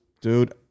Dude